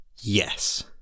yes